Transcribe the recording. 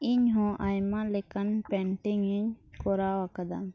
ᱤᱧᱦᱚᱸ ᱟᱭᱢᱟ ᱞᱮᱠᱟᱱ ᱤᱧ ᱠᱚᱨᱟᱣ ᱟᱠᱟᱫᱟ